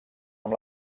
amb